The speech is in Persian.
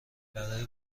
برای